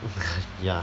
ya